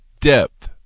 depth